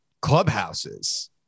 clubhouses